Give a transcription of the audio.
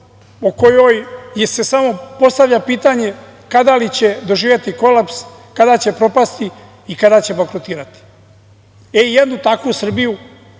o kojoj se samo postavlja pitanje kada će doživeti kolaps, kada će propast i kada će bankrotirati. Jednu takvu Srbiju